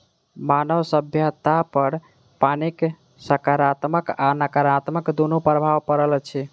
मानव सभ्यतापर पानिक साकारात्मक आ नाकारात्मक दुनू प्रभाव पड़ल अछि